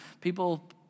people